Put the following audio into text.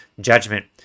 judgment